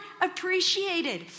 appreciated